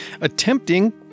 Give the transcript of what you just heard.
attempting